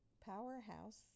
Powerhouse